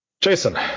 Jason